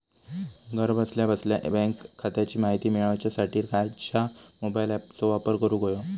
घरा बसल्या बसल्या बँक खात्याची माहिती मिळाच्यासाठी खायच्या मोबाईल ॲपाचो वापर करूक होयो?